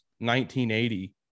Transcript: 1980